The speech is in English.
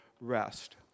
rest